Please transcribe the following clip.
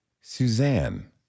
Suzanne